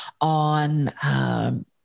on